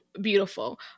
beautiful